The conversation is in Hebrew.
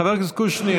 חבר הכנסת קושניר,